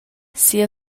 sia